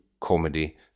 comedy